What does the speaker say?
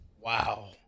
Wow